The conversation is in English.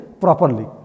properly